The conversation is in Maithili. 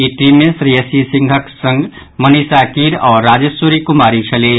ई टीम मे श्रेयसी सिंहक संग मनीषा कीर आओर राजेश्वरी कुमारी छलीह